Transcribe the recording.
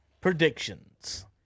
predictions